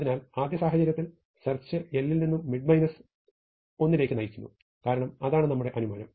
അതിനാൽ ആദ്യസാഹചര്യത്തിൽ search l ൽ നിന്ന് മിഡ് 1 ലേക്ക് നയിക്കുന്നു കാരണം അതാണ് നമ്മുടെ അനുമാനം